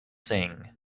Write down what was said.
sing